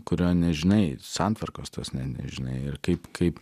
kurio nežinai santvarkos tos ne nežinai kaip kaip